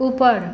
ऊपर